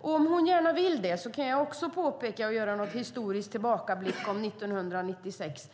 Om hon gärna vill det kan jag också göra en historisk tillbakablick till 1996,